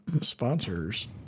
sponsors